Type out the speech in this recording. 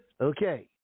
okay